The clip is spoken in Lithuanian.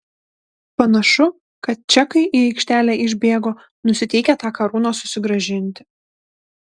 panašu kad čekai į aikštelę išbėgo nusiteikę tą karūną susigrąžinti